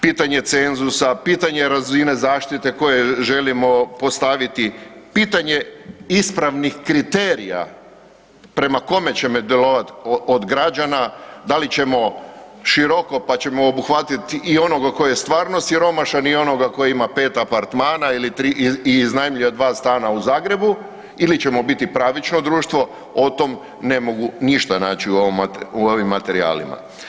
Pitanje cenzusa, pitanje razine zaštite koje želimo postaviti, pitanje ispravnih kriterija prema kome ćemo djelovati od građana, da li ćemo široko pa ćemo obuhvatiti i onoga tko je stvarno siromašan i onoga tko ima 5 apartmana i iznajmljuje 2 stana u Zagrebu ili ćemo biti pravično društvo o tome ne mogu ništa naći u ovim materijalima.